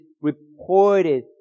reported